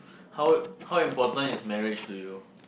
how how important is marriage to you